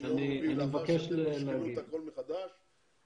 לאחר שתשקלו את הכול מחדש --- אני מבקש להגיב.